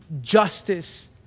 justice